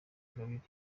ingabire